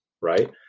right